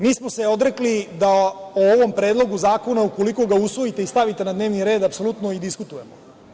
Mi smo se odrekli da o ovom Predlogu zakona, ukoliko ga usvojite i stavite na dnevni red, apsolutno i diskutujemo.